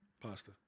Pasta